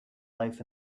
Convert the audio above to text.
life